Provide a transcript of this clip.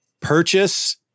purchase